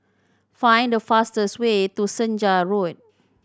find the fastest way to Senja Road